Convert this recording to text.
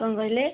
କ'ଣ କହିଲେ